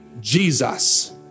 Jesus